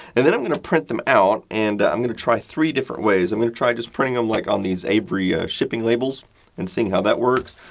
and then, i'm going to print them out and i'm going to try three different ways. i'm going to try and printing them like on these avery ah shipping labels and seeing how that works.